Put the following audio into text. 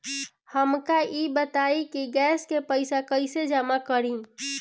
हमका ई बताई कि गैस के पइसा कईसे जमा करी?